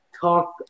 talk